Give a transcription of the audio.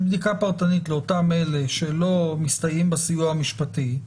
יש בדיקה פרטנית לאותם אלה שלא מסתייעים בסיוע המשפטי.